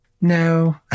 No